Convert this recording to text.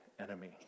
enemy